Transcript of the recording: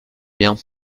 bien